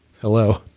Hello